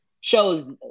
shows